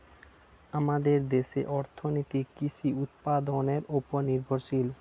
আমাদের দেশের অর্থনীতি কৃষি উৎপাদনের উপর নির্ভরশীল